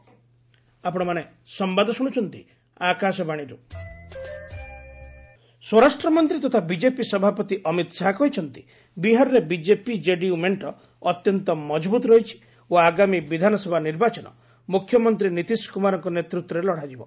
ଅମିତ ଶାହା ବିହାର ସ୍ୱରାଷ୍ଟ୍ର ମନ୍ତ୍ରୀ ତଥା ବିଜେପି ସଭାପତି ଅମିତ ଶାହା କହିଛନ୍ତି ବିହାରରେ ବିଜେପି ଜେଡିୟୁ ମେଣ୍ଟ ଅତ୍ୟନ୍ତ ମଜବୁତ ରହିଛି ଓ ଆଗାମୀ ବିଧାନସଭା ନିର୍ବାଚନ ମୁଖ୍ୟମନ୍ତ୍ରୀ ନିତିଶ କୁମାରଙ୍କ ନେତୃତ୍ୱରେ ଲଢ଼ାଯିବ